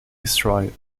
destroyed